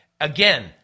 Again